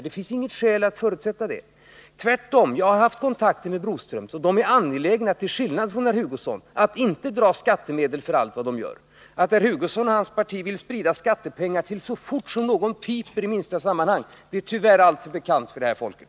Det finns inget skäl att förutsätta det, tvärtom. Jag har haft kontakter med Broströms och funnit att man är — till skillnad från herr Hugosson — angelägen om att inte dra skattemedel för allt vad man gör. Att herr Hugosson och hans parti vill sprida ut skattepengar så snart någon piper i något litet sammanhang är tyvärr alltför bekant för det här folket,